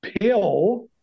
pill